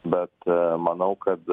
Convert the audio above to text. bet manau kad